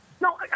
no